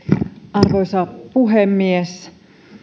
arvoisa puhemies